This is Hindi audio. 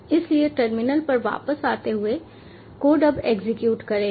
इसलिए टर्मिनल पर वापस आते हुए कोड अब एग्जीक्यूट करेगा